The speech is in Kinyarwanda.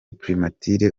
primature